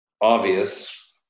obvious